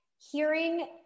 hearing